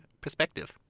perspective